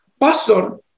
Pastor